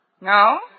No